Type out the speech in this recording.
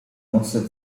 nocy